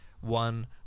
one